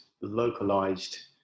localized